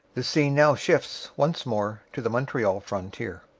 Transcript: the scene now shifts once more to the montreal frontier,